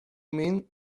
mean